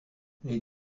les